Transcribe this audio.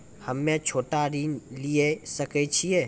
हम्मे छोटा ऋण लिये सकय छियै?